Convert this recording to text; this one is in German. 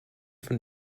von